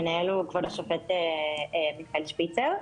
המנהל הוא כבוד השופט מיכאל שפיצר.